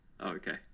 Okay